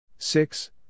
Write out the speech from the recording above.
Six